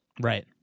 right